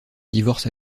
divorce